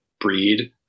breed